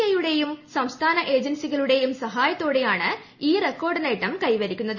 ഐയുടേയും സംസ്ഥാന ഏജൻസികളുടേയും സഹായത്തോടെയാണ് ഈ റെക്കോർഡ് നേട്ടം കൈവരിക്കുന്നത്